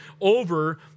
over